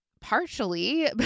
partially